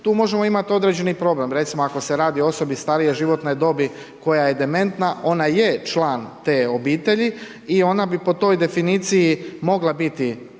tu možemo imati određeni problem. Recimo ako se radi o osobi starije životne dobi koja je dementna, ona je član te obitelji i ona bi po toj definiciji mogla biti